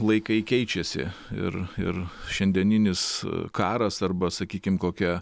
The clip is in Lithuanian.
laikai keičiasi ir ir šiandieninis karas arba sakykim kokia